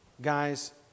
guys